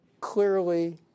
clearly